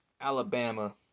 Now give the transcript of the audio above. Alabama